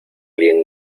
alguien